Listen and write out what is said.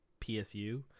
PSU